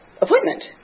appointment